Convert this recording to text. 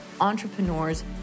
entrepreneurs